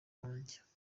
wanjye